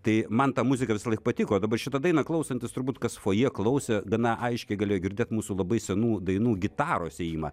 tai man ta muzika visąlaik patiko dabar šita daina klausantis turbūt kas fojė klausė gana aiškiai galėjo girdėt mūsų labai senų dainų gitaros ėjimą